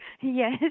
Yes